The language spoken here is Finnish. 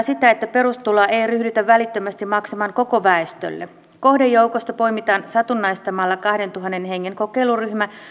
sitä että perustuloa ei ei ryhdytä välittömästi maksamaan koko väestölle kohdejoukosta poimitaan satunnaistamalla kahdentuhannen hengen kokeiluryhmä